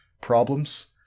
problems